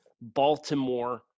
Baltimore